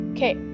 Okay